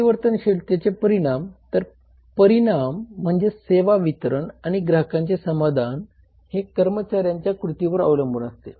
परिवर्तनशीलतेचे परिणाम तर परिणाम म्हणजे सेवा वितरण आणि ग्राहकांचे समाधान हे कर्मचाऱ्यांच्या कृतींवर अवलंबून असते